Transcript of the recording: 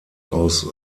aus